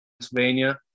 Pennsylvania